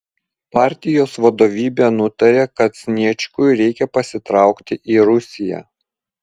partijos vadovybė nutarė kad sniečkui reikia pasitraukti į rusiją